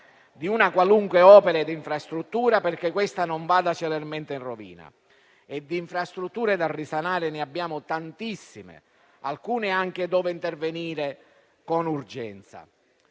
di una qualunque opera e infrastruttura, perché questa non vada celermente in rovina, e di infrastrutture da risanare ne abbiamo tantissime, su alcune delle quali occorre anche intervenire con urgenza.